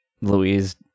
Louise